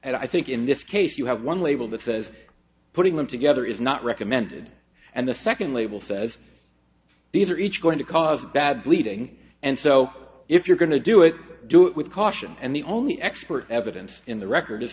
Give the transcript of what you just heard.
and i think in this case you have one label that says putting them together is not recommended and the second label says these are each going to cause bad bleeding and so if you're going to do it do it with caution and the only expert evidence in the record